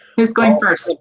who's going first?